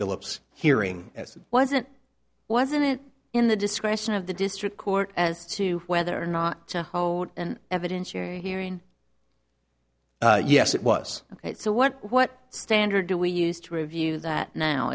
phillips hearing as wasn't wasn't in the discretion of the district court as to whether or not to hold and evidence hearing hearing yes it was ok so what what standard do we use to review that now